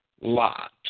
lot